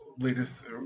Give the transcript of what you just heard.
latest